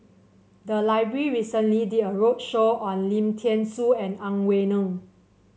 the library recently did a roadshow on Lim Thean Soo and Ang Wei Neng